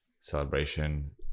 celebration